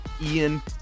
Ian